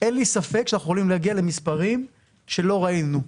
אין לי ספק שאנחנו יכולים להגיע למספרים שלא ראינו.